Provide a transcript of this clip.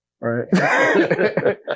Right